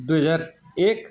दुई हजार एक